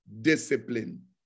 discipline